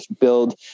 build